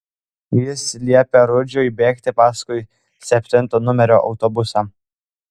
jis liepė rudžiui bėgti paskui septinto numerio autobusą